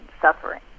suffering